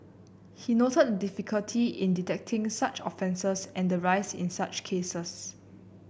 he noted the difficulty in detecting such offences and the rise in such cases